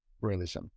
realism